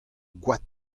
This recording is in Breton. goad